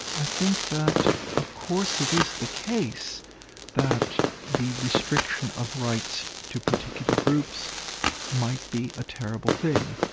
i think that of course it is the case that the restriction of rights to particular groups might be a terrible thing.